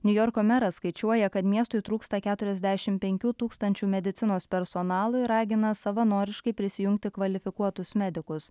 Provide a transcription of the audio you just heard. niujorko meras skaičiuoja kad miestui trūksta keturiasdešim penkių tūkstančių medicinos personalui ir ragina savanoriškai prisijungti kvalifikuotus medikus